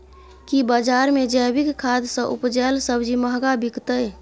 की बजार मे जैविक खाद सॅ उपजेल सब्जी महंगा बिकतै?